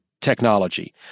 technology